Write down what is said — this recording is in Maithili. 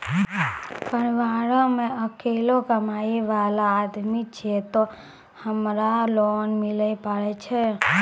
परिवारों मे अकेलो कमाई वाला आदमी छियै ते हमरा लोन मिले पारे छियै?